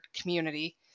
community